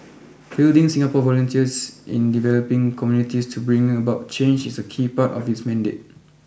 fielding Singapore volunteers in developing communities to bring about change is a key part of its mandate